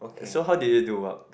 so how did you do work